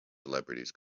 celebrities